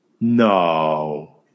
No